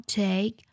take